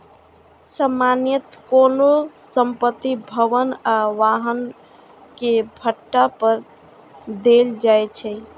सामान्यतः कोनो संपत्ति, भवन आ वाहन कें पट्टा पर देल जाइ छै